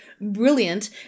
brilliant